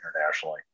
internationally